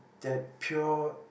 that pure